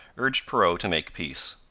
urged perrot to make peace.